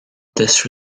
this